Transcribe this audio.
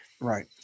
right